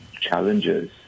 challenges